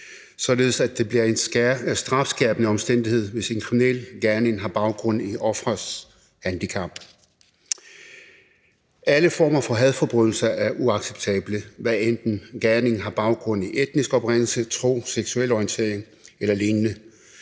således at det bliver en strafskærpende omstændighed, hvis en kriminel gerning har baggrund i offerets handicap. Alle former for hadforbrydelser er uacceptable, hvad enten gerningen har baggrund i etnisk oprindelse, tro, seksuel orientering eller lignende,